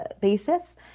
basis